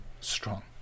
strong